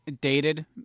dated